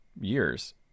years